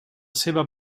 seva